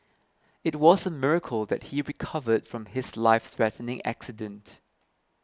it was a miracle that he recovered from his lifethreatening accident